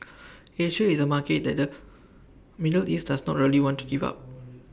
Asia is A market that the middle east does not really want to give up